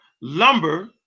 lumber